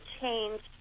changed